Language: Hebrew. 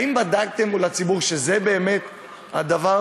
האם בדקתם מול הציבור שזה באמת הדבר?